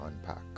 unpack